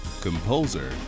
Composer